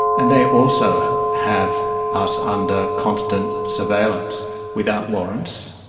and they also have us under constant surveillance without warrants.